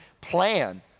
plan